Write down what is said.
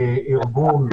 ארגון,